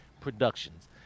Productions